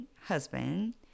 husband